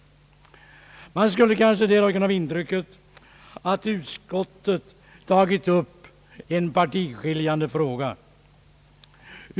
Man skulle kanske därav kunna få intrycket att utskottet tagit upp en partiskiljande fråga.